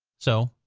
so,